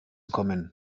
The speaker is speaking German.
kommen